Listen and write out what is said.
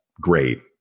great